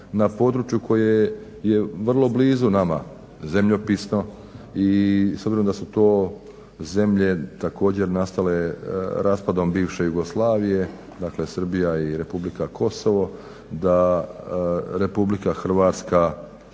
na području koje je vrlo blizu nama zemljopisno i s obzirom da su to zemlje također nastale raspadom bivše Jugoslavije, dakle Srbija i Republika Kosovo da Republika Hrvatska